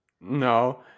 No